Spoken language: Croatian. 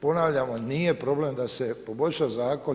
Ponavljamo, nije problem da se poboljša zakon.